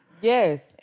Yes